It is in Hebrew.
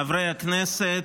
חברי הכנסת,